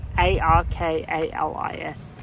A-R-K-A-L-I-S